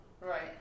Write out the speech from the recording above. Right